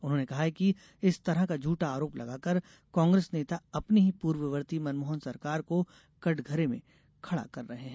उन्होंने कहा है कि इस तरह का झूठा आरोप लगाकर कांग्रेस नेता अपनी ही पूर्ववर्ती मनमोहन सरकार को कठघरे में खड़ा कर रहे हैं